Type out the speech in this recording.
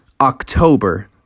October